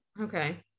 okay